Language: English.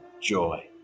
joy